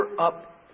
up